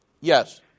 Yes